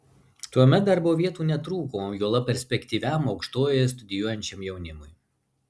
tuomet darbo vietų netrūko juolab perspektyviam aukštojoje studijuojančiam jaunimui